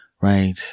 Right